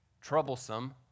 troublesome